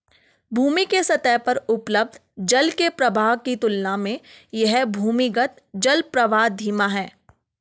भूमि के सतह पर उपलब्ध जल के प्रवाह की तुलना में यह भूमिगत जलप्रवाह धीमा है